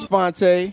Fonte